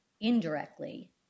indirectly